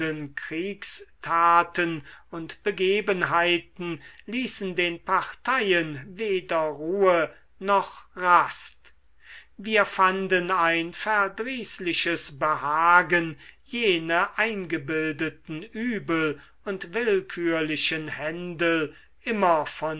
kriegstaten und begebenheiten ließen den parteien weder ruhe noch rast wir fanden ein verdrießliches behagen jene eingebildeten übel und willkürlichen händel immer